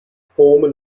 former